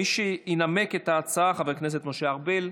מי שינמק את ההצעה הוא חבר הכנסת משה ארבל.